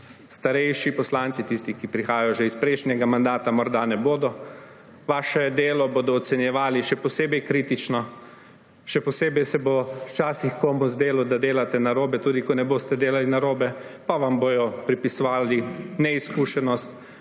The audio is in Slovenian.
starejši poslanci, tisti, ki prihajajo že iz prejšnjega mandata, morda ne bodo. Vaše delo bodo ocenjevali še posebej kritično, še posebej se bo včasih komu zdelo, da delate narobe, tudi ko ne boste delali narobe, pa vam bodo pripisovali neizkušenost